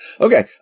Okay